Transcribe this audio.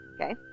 Okay